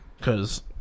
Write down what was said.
Cause